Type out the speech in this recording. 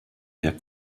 der